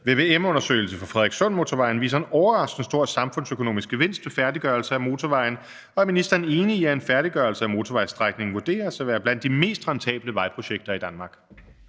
vvm-undersøgelse for Frederikssundmotorvejen viser en overraskende stor samfundsøkonomisk gevinst ved færdiggørelse af motorvejen, og er ministeren enig i, at en færdiggørelse af motorvejsstrækningen vurderes at være blandt de mest rentable vejprojekter i Danmark?